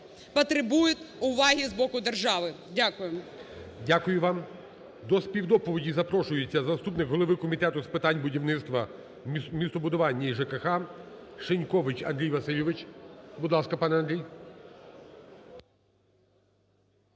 потребують уваги з боку держави. Дякуємо. ГОЛОВУЮЧИЙ. Дякую вам. До співдоповіді запрошується заступник голови Комітету з питань будівництва, містобудування і ЖКГ Шинькович Андрій Васильович. Будь ласка, пане Андрій.